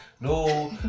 no